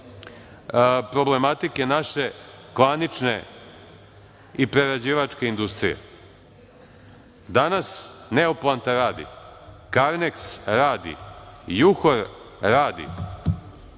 problematike naše klanične i prerađivačke industrije. Danas „Neoplanta“ radi, „Karneks“ radi, „Juhor“ radi,